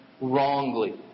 wrongly